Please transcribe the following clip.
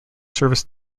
service